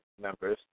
members